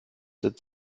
setzt